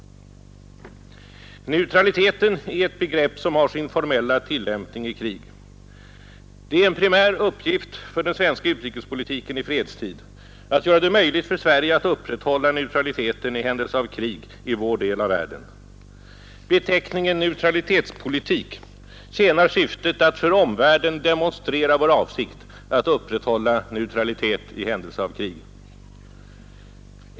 Neutraliteten är ett begrepp som har sin formella tillämpning i krig. Det är en primär uppgift för den svenska utrikespolitiken i fredstid att göra det möjligt för Sverige att upprätthålla neutraliteten i händelse av krig i vår del av världen. Beteckningen neutralitetspolitik tjänar syftet att för omvärlden demonstrera vår avsikt att upprätthålla neutralitet i händelse av krig.